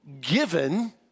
given